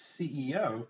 CEO